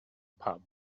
pub